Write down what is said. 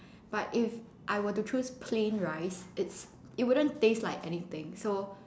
but if I were to choose plain rice it's it wouldn't taste like anything so